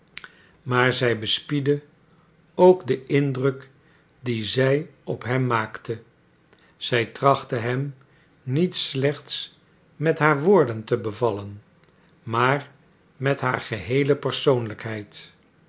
maar zij bespiedde ook den indruk dien zij op hem maakte zij trachtte hem niet slechts met haar woorden te bevallen maar met haar geheele persoonlijkheid